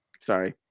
Sorry